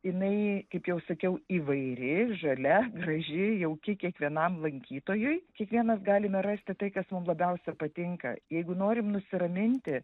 jinai kaip jau sakiau įvairi žalia graži jauki kiekvienam lankytojui kiekvienas galime rasti tai kas mum labiausia patinka jeigu norim nusiraminti